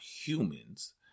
humans